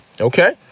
Okay